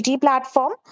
platform